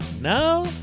no